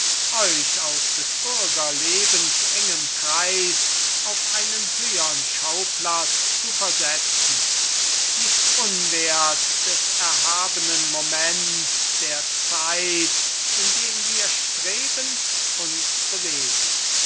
euch aus des bürgerlebens engem kreis auf einen höhern schauplatz zu versetzen nicht unwert des erhabenen moments der zeit in dem wir strebend uns bewegen